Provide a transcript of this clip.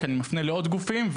כי אני מפנה לעוד גופים,